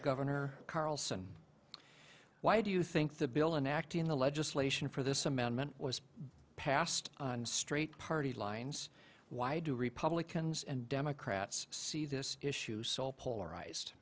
governor carlson why do you think the bill an act in the legislation for this amendment was passed in straight party lines why do republicans and democrats see this issue so polarized